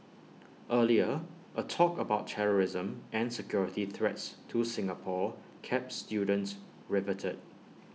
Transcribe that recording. earlier A talk about terrorism and security threats to Singapore kept students riveted